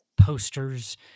posters